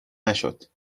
نشد